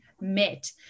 met